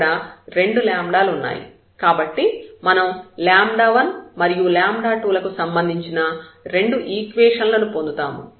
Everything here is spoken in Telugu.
ఇక్కడ రెండు లు ఉన్నాయి కాబట్టి మనం 1 మరియు 2 లకు సంబంధించిన రెండు ఈక్వేషన్ లను పొందుతాము